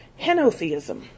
henotheism